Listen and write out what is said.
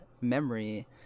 memory